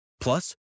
Plus